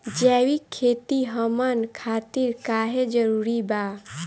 जैविक खेती हमन खातिर काहे जरूरी बा?